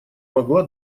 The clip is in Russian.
могла